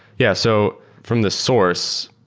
yeah. so from the source,